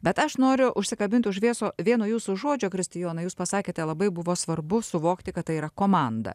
bet aš noriu užsikabint už vieso vieno jūsų žodžio kristijonai jūs pasakėte labai buvo svarbu suvokti kad tai yra komanda